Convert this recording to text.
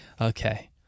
okay